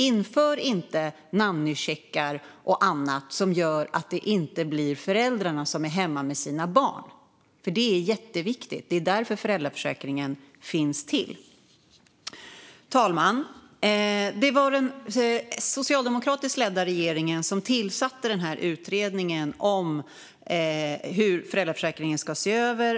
Inför inte nannycheckar och annat som gör att det inte blir föräldrarna som är hemma med sina barn, för det är jätteviktigt! Det är därför föräldraförsäkringen finns till. Fru talman! Det var den socialdemokratiskt ledda regeringen som tillsatte utredningen om hur föräldraförsäkringen ska ses över.